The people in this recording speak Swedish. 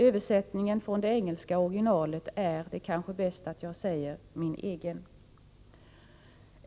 Översättningen från det engelska originalet är — det är kanske bäst att säga det — min egen.